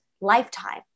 lifetime